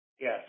Yes